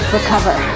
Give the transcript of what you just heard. Recover